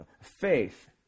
Faith